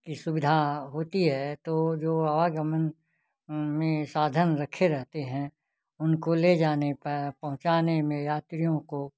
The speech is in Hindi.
की सुविधा होती है तो जो आवागमन में साधन रखे रहते हैं उनको ले जाने पे पहुँचाने में यात्रियों को